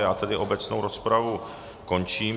Já tedy obecnou rozpravu končím.